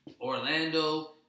Orlando